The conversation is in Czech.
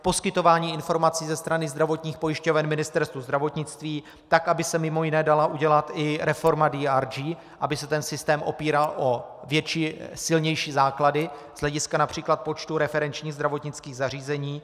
Poskytování informací ze strany zdravotních pojišťoven Ministerstvu zdravotnictví, tak aby se mj. dala udělat i reforma DRG, aby se systém opíral o větší, silnější základy z hlediska např. počtu referenčních zdravotnických zařízení.